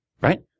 Right